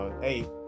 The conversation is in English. hey